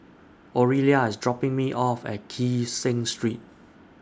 Oralia IS dropping Me off At Kee Seng Street